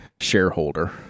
shareholder